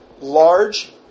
large